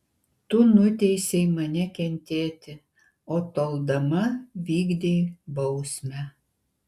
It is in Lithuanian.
tu nuteisei mane kentėti o toldama vykdei bausmę